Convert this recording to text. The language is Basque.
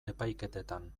epaiketetan